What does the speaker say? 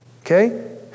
Okay